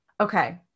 Okay